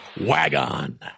Wagon